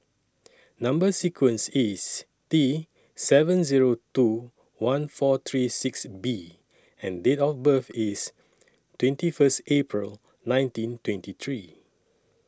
Number sequence IS T seven Zero two one four three six B and Date of birth IS twenty First April nineteen twenty three